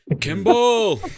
Kimball